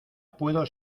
puedo